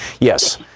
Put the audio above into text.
Yes